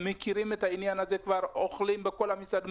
מכירים את העניין הזה וכבר אוכלים בכל המסעדות,